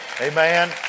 Amen